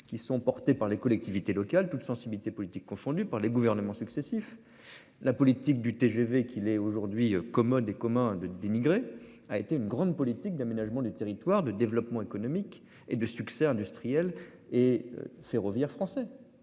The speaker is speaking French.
qui sont portés par les collectivités locales, toutes sensibilités politiques confondues par les gouvernements successifs. La politique du TGV qui l'est aujourd'hui commode et commun de dénigrer a été une grande politique d'aménagement du territoire, le développement économique et de succès industriel et ferroviaire français,